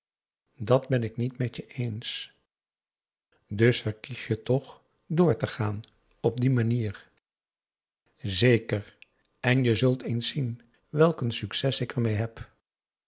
dat ben ik niet met je eens dus verkies je toch door te gaan op die manier zeker en je zult eens zien welk een succes ik ermee heb